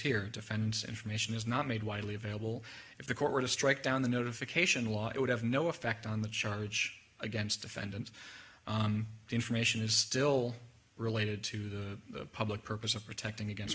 here defense information is not made widely available if the court were to strike down the notification law it would have no effect on the charge against defendant information is still related to the public purpose of protecting against